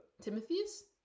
Timothy's